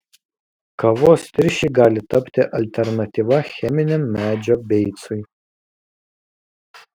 kavos tirščiai gali tapti alternatyva cheminiam medžio beicui